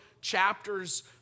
chapters